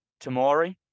Tamori